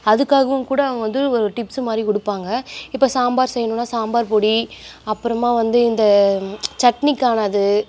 அதுக்காகவும் கூட அவங்க வந்து ஒரு டிப்ஸு மாதிரி கொடுப்பாங்க இப்போ சாம்பார் செய்யணுன்னால் சாம்பார் பொடி அப்புறமா வந்து இந்த சட்னிக்கான இது